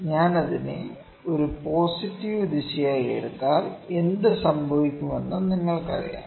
ഞാൻ അതിനെ ഒരു പോസിറ്റീവ് ദിശയായി എടുത്താൽ എന്ത് സംഭവിക്കുമെന്ന് നിങ്ങൾക്കറിയാം